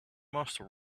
master